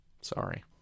sorry